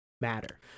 matter